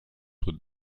would